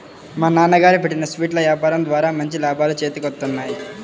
మా నాన్నగారు పెట్టిన స్వీట్ల యాపారం ద్వారా మంచి లాభాలు చేతికొత్తన్నాయి